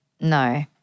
No